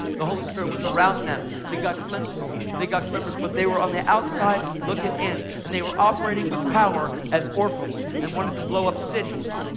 the holy spirit was around them. they got glimpses. they got glimmers, but they were on the outside looking in and they were operating with power as orphans and wanted to blow up cities,